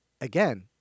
again